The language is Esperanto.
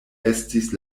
estis